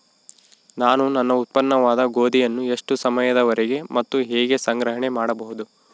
ನಾನು ನನ್ನ ಉತ್ಪನ್ನವಾದ ಗೋಧಿಯನ್ನು ಎಷ್ಟು ಸಮಯದವರೆಗೆ ಮತ್ತು ಹೇಗೆ ಸಂಗ್ರಹಣೆ ಮಾಡಬಹುದು?